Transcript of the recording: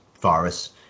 virus